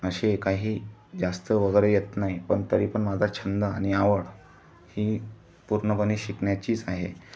अशी काही जास्त वगैरे येत नाही पण तरीपण माझा छंद आणि आवड ही पूर्णपणे शिकण्याचीच आहे